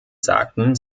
sagten